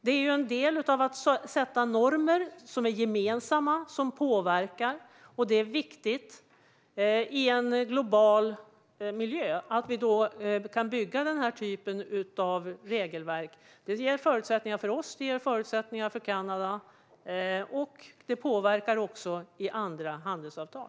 Det är en del av att sätta gemensamma normer som påverkar, och det är viktigt i en global miljö att vi kan bygga den här typen av regelverk. Det ger förutsättningar för oss och för Kanada. Det påverkar också andra handelsavtal.